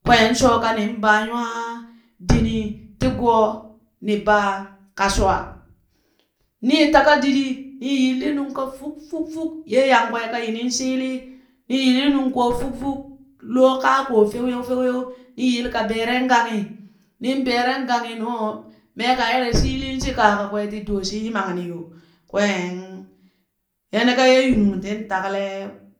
Kween shoo kanin baa nywaa dinii ti goo ni baa ka shwaa. Nii taka didii, nii yilli nungka fuk fuk fuk ye yang kwee ka yi nin shiilii nii yilli nung ko fuk- fuk loo kaa koo feuyeu feuyeu nii yili ka beeren ganghi, nin beeren ganghi nuu, mee ka ere shiilii shi kaa kakwee ti dooshi nyimam ni yo. Kween yaɗɗa ka ye yunung tin takalee kwen luk taga dit ka yunung ti takale di ni